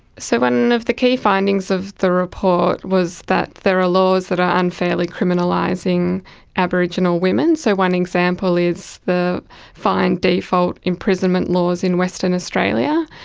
so one of the key findings of the report was that there are laws that are unfairly criminalising aboriginal women. so one example is the fine default imprisonment laws in western australia.